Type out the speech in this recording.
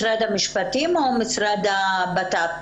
של משרד המשפטים או של משרד לביטחון פנים?